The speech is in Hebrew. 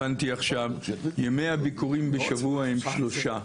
הבנתי עכשיו שימי הביקורים בשבוע הם שלושה.